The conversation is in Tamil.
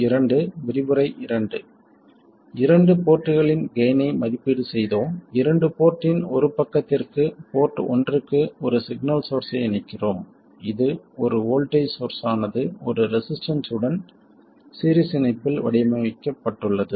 இரண்டு போர்ட்களின் கெய்ன் ஐ மதிப்பீடு செய்தோம் இரண்டு போர்ட்டின் ஒரு பக்கத்திற்கு போர்ட் ஒன்றுக்கு ஒரு சிக்னல் சோர்ஸை இணைக்கிறோம் இது ஒரு வோல்ட்டேஜ் சோர்ஸ் ஆனது ஒரு ரெசிஸ்டன்ஸ் உடன் சீரிஸ் இணைப்பில் வடிவமைக்கப்பட்டுள்ளது